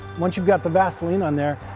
once you've got the vaseline on there,